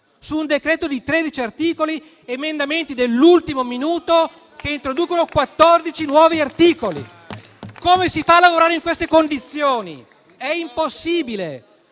su un decreto di 13 articoli, emendamenti dell'ultimo minuto introducono 14 nuovi articoli. Come si fa a lavorare in queste condizioni? È impossibile.